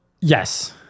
Yes